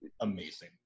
amazing